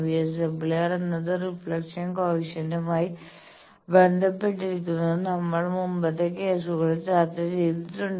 VSWR എന്നത് reflection കോയെഫിഷ്യന്റുമായി എങ്ങനെ ബന്ധപ്പെട്ടിരിക്കുന്നുവെന്ന് നമ്മൾ മുമ്പത്തെ കേസുകളിൽ ചർച്ച ചെയ്തിട്ടുണ്ട്